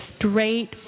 straight